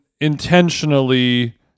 intentionally